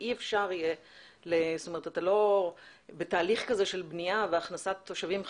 ואי אפשר יהיה בתהליך כזה של בנייה והכנסת תושבים חדשים,